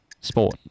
Sport